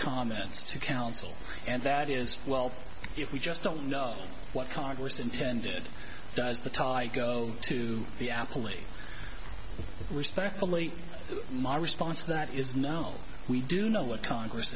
comments to counsel and that is well if we just don't know what congress intended does the tie go to the athlete respectfully my response to that is no we do know what congress